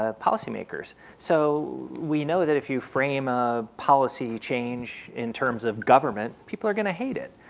ah policymakers. so we know that if you frame a policy change in terms of government people are going to hate it.